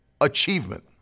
achievement